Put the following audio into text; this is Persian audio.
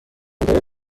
دقیق